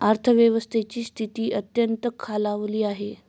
अर्थव्यवस्थेची स्थिती अत्यंत खालावली आहे